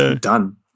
done